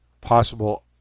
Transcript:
possible